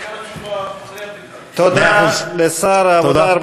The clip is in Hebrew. תודה לשר העבודה,